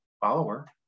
follower